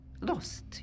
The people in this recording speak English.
Lost